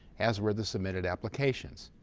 as were the submitted applications.